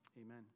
Amen